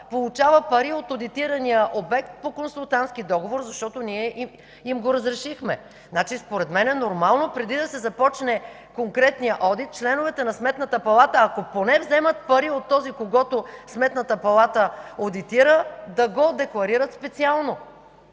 получава пари от одитирания обект по консултантски договор, защото ние им го разрешихме. Според мен е нормално преди да се започне конкретният одит членовете на Сметната палата, ако поне взимат пари от този, когото Сметната палата одитира, да го декларират специално.